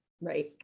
right